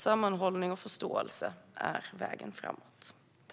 Sammanhållning och förståelse är vägen framåt.